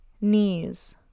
Knees